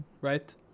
right